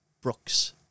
brooks